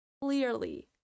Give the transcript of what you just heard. Clearly